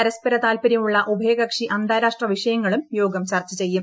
പരസ്പര താൽപര്യമുള്ള ഉഭയകക്ഷി അന്താരാഷ്ട്ര വിഷയങ്ങളും യോഗം ചർച്ച ചെയ്യും